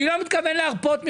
אני לא מתכוון להרפות מכם,